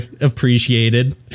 appreciated